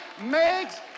makes